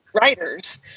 writers